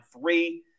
three